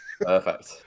Perfect